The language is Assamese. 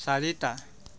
চাৰিটা